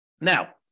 Now